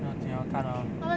不用紧 lor 看